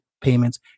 payments